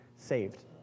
saved